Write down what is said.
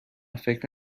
فکر